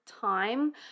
time